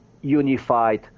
unified